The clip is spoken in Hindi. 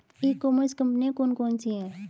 ई कॉमर्स कंपनियाँ कौन कौन सी हैं?